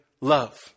love